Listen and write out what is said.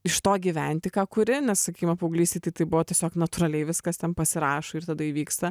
iš to gyventi ką kuri nes sakykime paauglystėj tai buvo tiesiog natūraliai viskas ten pasirašo ir tada įvyksta